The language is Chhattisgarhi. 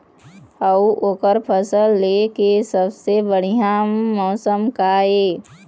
अऊ ओकर फसल लेय के सबसे बढ़िया मौसम का ये?